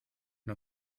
nur